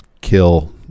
kill